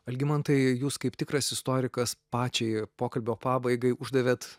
algimantai jūs kaip tikras istorikas pačiai pokalbio pabaigai uždavėt